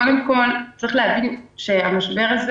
קודם כול, צריך להבין שהמשבר הזה